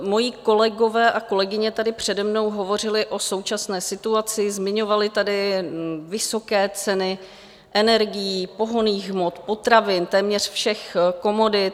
Moji kolegové a kolegyně tady přede mnou hovořili o současné situaci, zmiňovali tady vysoké ceny energií, pohonných hmot, potravin, téměř všech komodit.